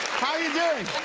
how are you doing.